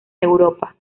europa